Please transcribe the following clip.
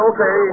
Okay